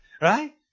right